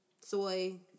Soy